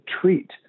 treat